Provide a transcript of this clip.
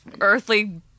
earthly